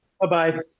Bye-bye